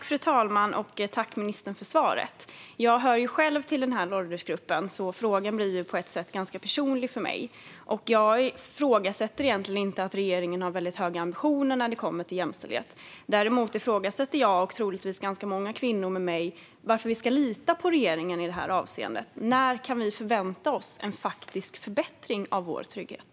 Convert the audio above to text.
Fru talman! Tack, ministern, för svaret! Jag hör själv till denna åldersgrupp, så frågan blir på ett sätt personlig för mig. Jag ifrågasätter egentligen inte att regeringen har höga ambitioner när det kommer till jämställdhet. Däremot ifrågasätter jag, och troligtvis många kvinnor med mig, varför vi ska lita på regeringen i det avseendet. När kan vi förvänta oss en faktisk förbättring av vår trygghet?